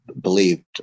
believed